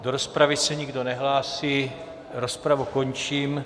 Do rozpravy se nikdo nehlásí, rozpravu končím.